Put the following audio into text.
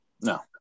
No